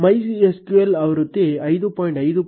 MySQL ಆವೃತ್ತಿ 5